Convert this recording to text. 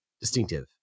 distinctive